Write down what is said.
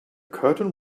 curtain